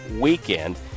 weekend